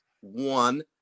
one